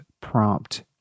prompt